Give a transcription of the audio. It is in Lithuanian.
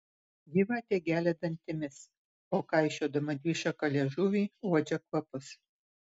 gyvatė gelia dantimis o kaišiodama dvišaką liežuvį uodžia kvapus